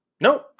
No